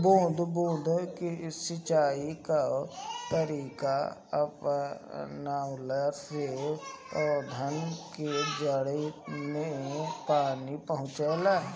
बूंद बूंद सिंचाई कअ तरीका अपनवला से पौधन के जड़ में पानी पहुंचेला